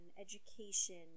education